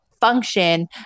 function